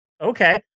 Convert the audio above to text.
Okay